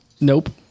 Nope